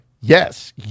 Yes